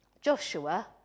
Joshua